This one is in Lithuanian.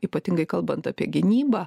ypatingai kalbant apie gynybą